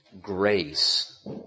grace